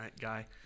guy